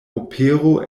opero